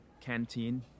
canteen